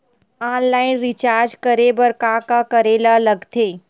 Online recharge करे बर का का करे ल लगथे?